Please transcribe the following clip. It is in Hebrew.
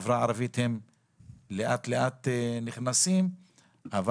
שלאט-לאט נכנסים עכשיו לחברה הערבית.